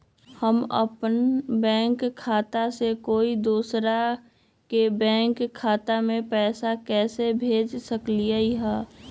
हम अपन बैंक खाता से कोई दोसर के बैंक खाता में पैसा कैसे भेज सकली ह?